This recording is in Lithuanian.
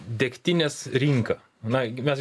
degtinės rinka na mes